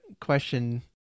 question